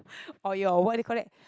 or your what do you call that